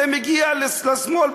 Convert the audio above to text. זה מגיע לשמאל,